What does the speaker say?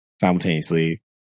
Simultaneously